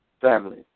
family